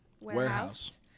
Warehouse